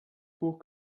buch